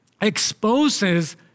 exposes